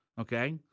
okay